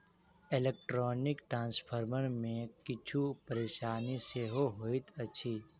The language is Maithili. इलेक्ट्रौनीक ट्रांस्फर मे किछु परेशानी सेहो होइत अछि